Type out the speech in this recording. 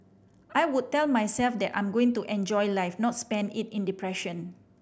I would tell myself that I'm going to enjoy life not spend it in depression